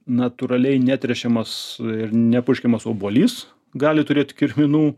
natūraliai netręšiamas ir nepurškiamas obuolys gali turėt kirminų